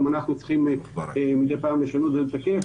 גם אנחנו צריכים מדי פעם לשנות ולתקן.